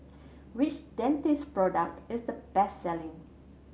which Dentiste product is the best selling